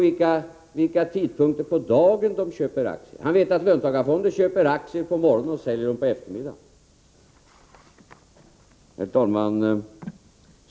vid vilka tidpunkter på dagen de köper aktier — han vet att löntagarfonder köper aktier på morgonen och säljer dem på eftermiddagen. Herr talman!